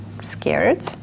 scared